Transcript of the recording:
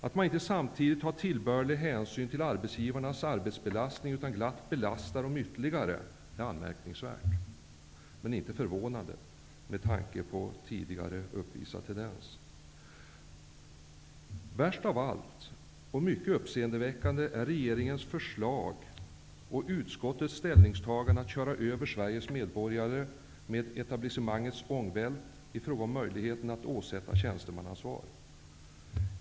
Att man inte samtidigt tar tillbörlig hänsyn till arbetsgivarnas arbetsbelastning utan glatt belastar dem ytterligare är anmärkningsvärt, men inte förvånande, med tanke på tidigare uppvisade tendenser. Värst av allt och mycket uppseendeväckande är regeringens förslag och utskottets ställningstagande att köra över Sveriges medborgare med etablissemangets ångvält i fråga om möjligheten att åsätta tjänstemannaansvar.